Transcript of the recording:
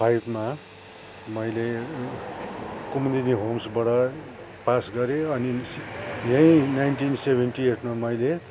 फाइभमा मैले कुम्दिनी होम्सबाट पास गरेँ अनि यही नाइन्टीन सेभेन्टी एटमा मैले